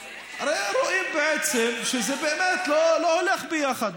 הרי רואים בעצם שזה באמת לא הולך ביחד,